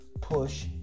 push